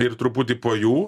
ir truputį po jų